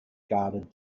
guarded